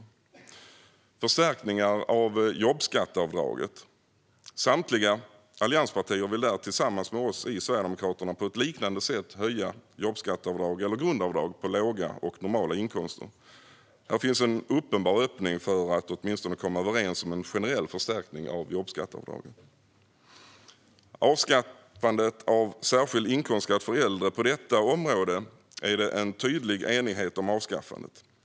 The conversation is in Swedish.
När det gäller förstärkningar av jobbskatteavdraget vill samtliga allianspartier och vi i Sverigedemokraterna på ett liknande sätt höja jobbskatteavdrag eller grundavdrag på låga och normala inkomster. Här finns en uppenbar öppning för att åtminstone komma överens om en generell förstärkning av jobbskatteavdraget. När det gäller området avskaffande av särskild inkomstskatt för äldre finns det en tydlig enighet om avskaffandet.